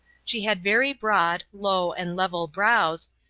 she had very broad, low, and level brows,